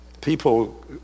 People